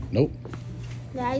Nope